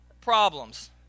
problems